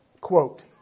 quote